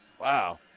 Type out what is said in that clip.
Wow